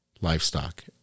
livestock